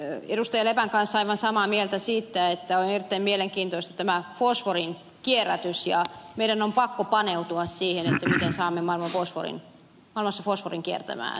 lepän kanssa aivan samaa mieltä siitä että on erittäin mielenkiintoista tämä fosforin kierrätys ja meidän on pakko paneutua siihen miten saamme maailmassa fosforin kiertämään